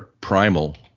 primal